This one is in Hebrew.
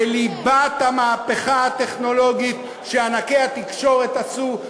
בליבת המהפכה הטכנולוגית שענקי התקשורת עשו,